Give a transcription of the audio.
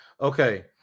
Okay